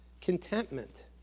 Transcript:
Contentment